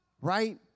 Right